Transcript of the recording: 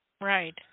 right